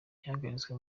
yahagaritswe